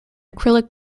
acrylic